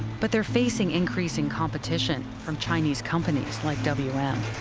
but they're facing increasing competition from chinese companies, like wm.